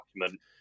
document